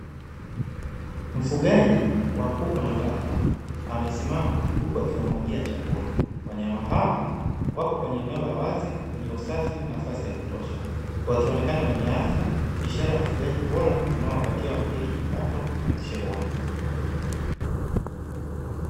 Mfugaji wa kuku na bata amesimama huku akiwamwagia chakula. Wanyama hao wapo kwenye eneo la wazi lenye nafasi na usafi wa kutosha, wakionekana wenye afya ishara ya ufugaji bora unaowapatia wamiliki kipato na afya bora.